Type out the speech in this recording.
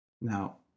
now